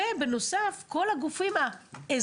זה שבצבא, ולא